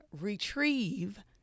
retrieve